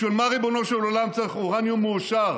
בשביל מה, ריבונו של עולם, צריך אורניום מועשר?